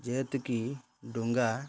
ଯେହେତୁକି ଡଙ୍ଗା